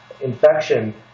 infection